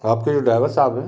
आपके जो ड्राइवर साहब हैं